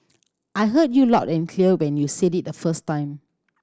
I heard you loud and clear when you said it the first time